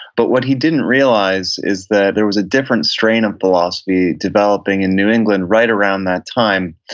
but what he didn't realize is that there was a different strain of philosophy developing in new england right around that time,